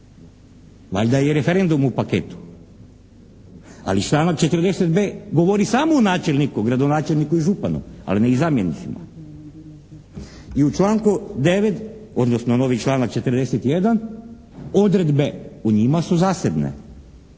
Valjda je i referendum u paketu. Ali članak 40.b, govori samo o načelniku, gradonačelniku i županu ali ne i zamjenicima. I u članku 9. odnosno novi članak 41. odredbe o njima su zasebne.